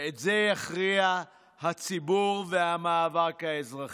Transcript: את זה יכריע הציבור והמאבק האזרחי.